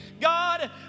God